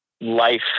life